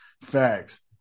Facts